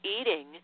eating